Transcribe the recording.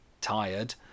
tired